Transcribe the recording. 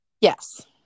Yes